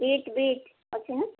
beet ବିଟ୍ ଅଛି ନା